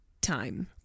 time